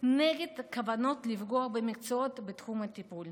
נגד הכוונות לפגוע במקצועות בתחום הטיפול.